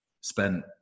spent